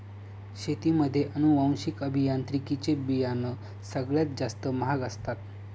शेतीमध्ये अनुवांशिक अभियांत्रिकी चे बियाणं सगळ्यात जास्त महाग असतात